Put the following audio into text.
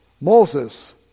Moses